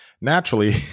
naturally